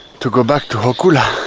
to go back to hokula